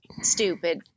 stupid